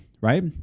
right